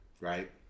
Right